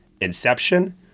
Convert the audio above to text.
inception